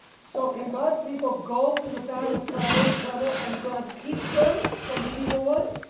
so can god's people go through the time of trouble trouble and god keep them from the evil one?